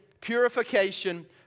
purification